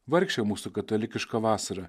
vargšė mūsų katalikiška vasara